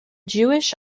jewish